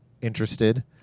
interested